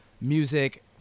music